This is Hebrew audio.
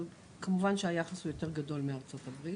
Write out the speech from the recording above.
אבל כמובן שהיחס הוא יותר גדול מארצות הברית,